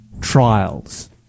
trials